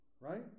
Right